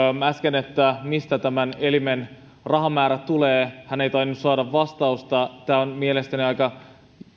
äsken mistä tämän elimen rahamäärä tulee hän ei tainnut saada vastausta ja tämä on mielestäni aika